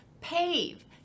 PAVE